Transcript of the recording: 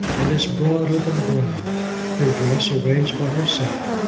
and its broad open brow her dress, arranged by herself,